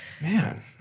Man